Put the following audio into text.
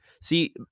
See